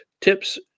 tips